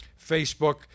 Facebook